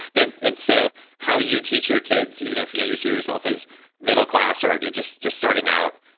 and and so how you teach your kids, even if you know you see yourself as middle class, or you're just just starting out.